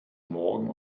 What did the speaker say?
morgen